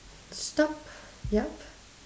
stop yup